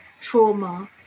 trauma